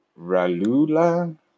ralula